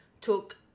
took